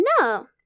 No